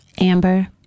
Amber